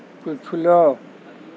پچھلا